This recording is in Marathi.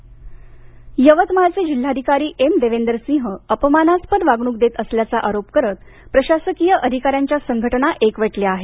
यवतमाळ यवतमाळचे जिल्हाधिकारी एम देवेंदर सिंह अपमानास्पद वागणूक देत असल्याचा आरोप करत प्रशासकीय अधिकाऱ्यांच्या संघटना एकवटल्या आहेत